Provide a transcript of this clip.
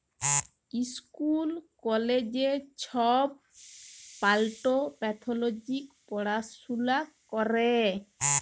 school কলেজে ছব plant pathology পড়াশুলা ক্যরে